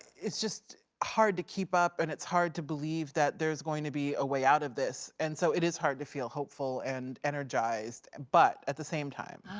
it's just hard to keep up, and it's hard to believe that there's going to be a way out of this. and so it is hard to feel hopeful and energized. but, at the same time.